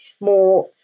more